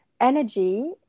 energy